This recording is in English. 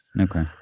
Okay